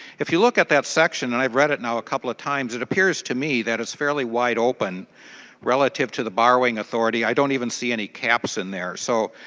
if you look at that section and i read it now a couple of times it appears to me is fairly wide open relative to the borrowing authority. i don't even see any caps in there. so